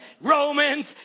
Romans